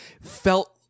felt